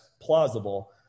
plausible